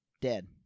Dead